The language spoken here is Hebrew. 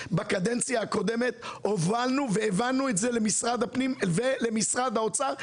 בקדנציה הקודמת למשרד הפנים ולמשרד האוצר,